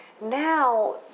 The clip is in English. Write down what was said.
Now